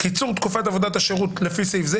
קיצור תקופת עבודת השירות לפי סעיף זה,